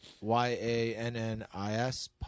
Y-A-N-N-I-S